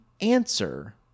answer